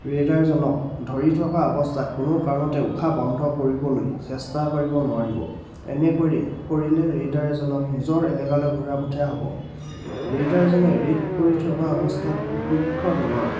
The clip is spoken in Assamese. ৰেডাৰজনক ধৰি থকা অৱস্থাত কোনো কাৰণতে উশাহ বন্ধ কৰিবলৈ চেষ্টা কৰিব নোৱাৰিব এনেকৈয়ে কৰিলে ৰেডাৰজনক নিজৰ এলেকালৈ ঘূৰাই পঠিওৱা হ'ব ৰেডাৰজনে ৰেড কৰি থকা অৱস্থাত বিপক্ষ দলৰ